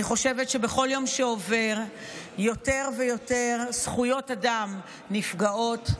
אני חושבת שבכל יום שעובר יותר ויותר זכויות אדם נפגעות.